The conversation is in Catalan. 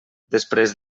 després